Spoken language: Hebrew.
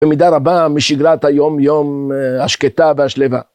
במידה רבה משגרת היום יום השקטה והשלווה.